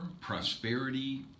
Prosperity